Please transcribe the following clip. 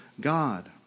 God